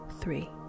three